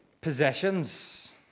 possessions